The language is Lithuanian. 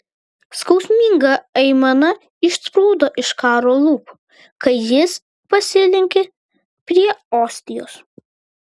skausminga aimana išsprūdo iš karo lūpų kai jis pasilenkė prie ostijos